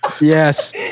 yes